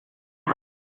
help